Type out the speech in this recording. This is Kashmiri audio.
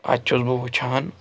اَتہِ چھُس بہٕ وٕچھان